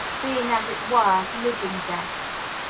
being as it were living deaths.